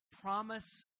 promise